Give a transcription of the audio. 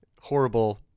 Horrible